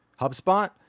HubSpot